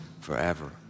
forever